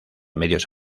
medios